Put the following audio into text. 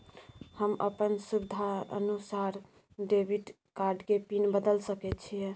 हम अपन सुविधानुसार डेबिट कार्ड के पिन बदल सके छि?